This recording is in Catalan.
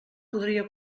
podria